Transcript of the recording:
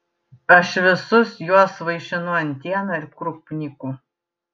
aš visus juos vaišinu antiena ir krupniku